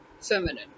feminine